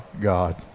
God